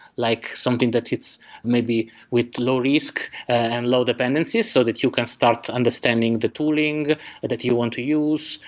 like something that hits maybe with low risk and low dependency, so that you can start understanding the tooling that you want to use,